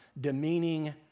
demeaning